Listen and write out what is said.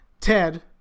ted